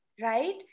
right